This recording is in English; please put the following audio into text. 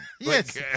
Yes